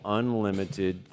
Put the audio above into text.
unlimited